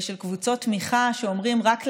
קבוצות תמיכה שאומרים: רק להיום,